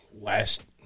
last